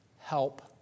Help